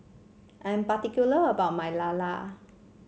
I'm particular about my lala